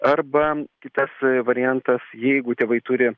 arba kitas variantas jeigu tėvai turi